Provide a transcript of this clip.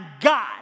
God